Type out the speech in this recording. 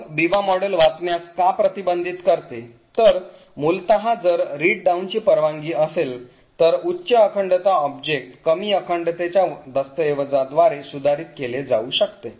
मग Biba model वाचण्यास का प्रतिबंधित करते तर मूलत जर read down ची परवानगी असेल तर उच्च अखंडता ऑब्जेक्ट कमी अखंडतेच्या दस्तऐवजाद्वारे सुधारित केले जाऊ शकते